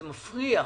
זה מפריע.